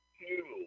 two